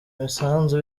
imisanzu